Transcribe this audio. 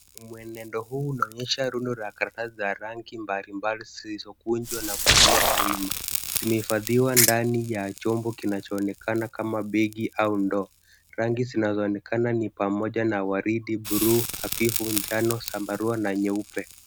Mwenendo huu unaonyesha rundo la karatasi za rangi mbali mbali zilizokunjwa na kusimama wima. Zimehifadhiwa ndani ya chombo kinachoonekana kama begi au ndoo. Rangi zinazoonekana ni pamoja na waridi, buluu hafifu, njano, zambarua na nyeupe.